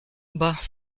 bah